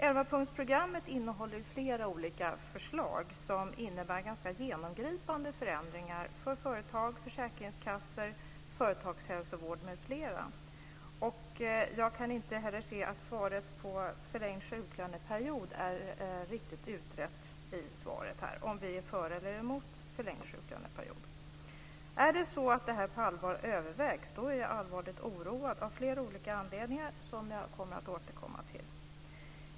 11-punktsprogrammet innehåller flera olika förslag som innebär ganska genomgripande förändringar för företag, försäkringskassor, företagshälsovård m.fl. Inte heller kan jag se att det i svaret på frågan om förlängd sjuklöneperiod är riktigt utrett om vi är för eller mot förlängd sjuklöneperiod. Är det så att detta på allvar övervägs, då är jag allvarligt oroad - av flera olika anledningar som jag återkommer till.